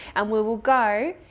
and we will go,